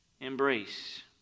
embrace